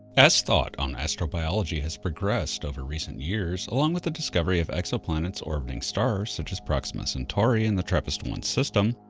as thought on astrobiology has progressed over recent years along with the discovery of like so planets orbiting stars such as proxima centauri and the trappist one system,